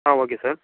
ah okay sir